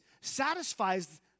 satisfies